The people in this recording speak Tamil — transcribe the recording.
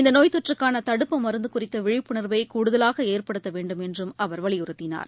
இந்தநோய் தொற்றுக்கானதடுப்பு மருந்துகுறித்தவிழிப்புணர்வைகூடுதவாகஏற்படுத்தவேண்டும் என்றும் அவர் வலியுறுத்தினார்